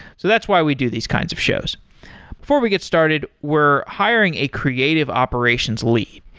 so that's why we do these kinds of shows before we get started, we're hiring a creative operations lead.